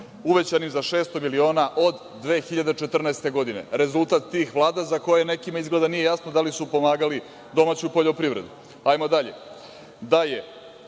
uvećanih za 600 miliona od 2014. godine, rezultat tih vlada za koje nekima izgleda nije jasno da li su pomagali domaću poljoprivredu. Hajdemo dalje.